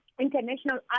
international